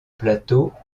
plateau